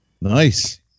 Nice